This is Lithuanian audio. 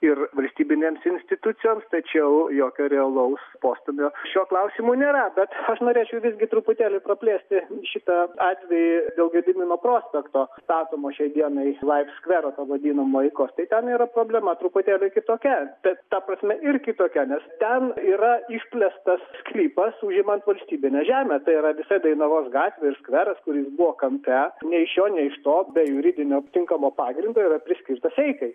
ir valstybinėms institucijoms tačiau jokio realaus postūmio šiuo klausimu nėra bet aš norėčiau visgi truputėlį praplėsti šitą atvejį dėl gedimino prospekto statomo šiai dienai laif skvero to vadinimo eikos tai ten yra problema truputėlį kitokia bet ta prasme ir kitokia nes ten yra išplėstas sklypas užimant valstybinę žemę tai yra visa dainavos gatvė skveras kuris buvo kampe nei iš šio nei iš to be juridinio tinkamo pagrindo yra priskirtas eikai